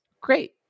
Great